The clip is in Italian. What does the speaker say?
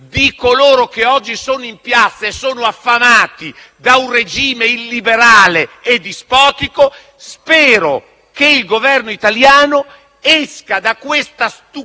di coloro che oggi sono in piazza e sono affamati da un regime illiberale e dispotico. Spero che il Governo italiano esca dalla stucchevole